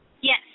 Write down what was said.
Yes